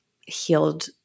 healed